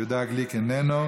יהודה גליק, איננו.